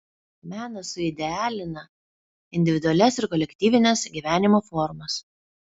menas suidealina individualias ir kolektyvines gyvenimo formas